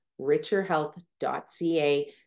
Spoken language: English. richerhealth.ca